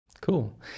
Cool